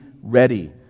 ready